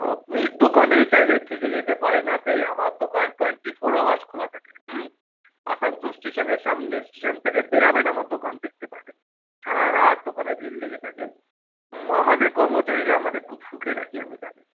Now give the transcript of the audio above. আপনি দোকানে চাইলে থেকে যেতে পারেন রাতে আমার দোকান টোয়েন্টি ফোর আওয়ার্স খোলা থাকে হুম আসানসোল স্টেশনের সামনে স্টেশন থেকে বেরোবেন আমার দোকান দেখতে পাবেন সারারাত দোকানে ভিড় লেগে থাকে হুম আমাদের কর্মচারীরা আমাদের খুব সুখে রাখি আমি তাদের